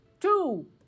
Two